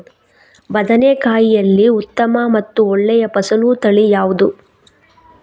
ಬದನೆಕಾಯಿಯಲ್ಲಿ ಉತ್ತಮ ಮತ್ತು ಒಳ್ಳೆಯ ಫಸಲು ತಳಿ ಯಾವ್ದು?